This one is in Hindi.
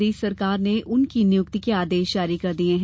प्रदेश सरकार ने उनकी नियुक्ति के आदेश जारी कर दिये हैं